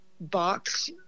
box